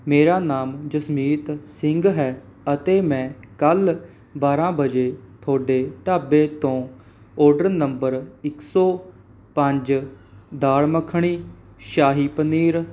ਮੇਰਾ ਨਾਮ ਜਸਮੀਤ ਸਿੰਘ ਹੈ ਅਤੇ ਮੈਂ ਕੱਲ੍ਹ ਬਾਰਾਂ ਵਜੇ ਤੁਹਾਡੇ ਢਾਬੇ ਤੋਂ ਔਡਰ ਨੰਬਰ ਇਕ ਸੌ ਪੰਜ ਦਾਲ ਮੱਖਣੀ ਸ਼ਾਹੀ ਪਨੀਰ